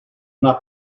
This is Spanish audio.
una